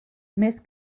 més